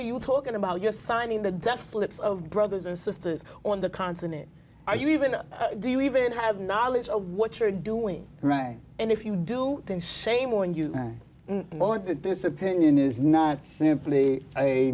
are you talking about just signing the death slips of brothers and sisters on the continent are you even do you even have knowledge of what you're doing right and if you do they say more and you want that this opinion is not simply